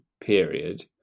period